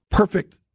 Perfect